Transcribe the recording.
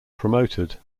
promoted